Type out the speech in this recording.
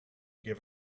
gave